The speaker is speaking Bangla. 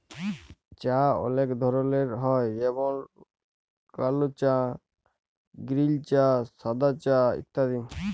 চাঁ অলেক ধরলের হ্যয় যেমল কাল চাঁ গিরিল চাঁ সাদা চাঁ ইত্যাদি